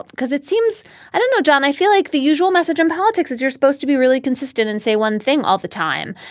because it seems i don't know, john. i feel like the usual message in politics is you're supposed to be really consistent and say one thing all the time.